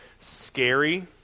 scary